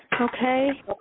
Okay